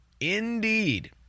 Indeed